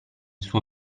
suo